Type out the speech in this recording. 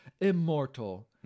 immortal